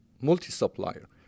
multi-supplier